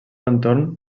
entorn